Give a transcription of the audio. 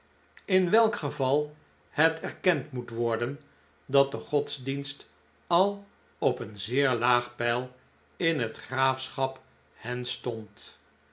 in welk geval het erkend moet word en dat de godsdienst al op een zeer laag peil in het graafschap hants stond